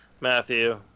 Matthew